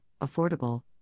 affordable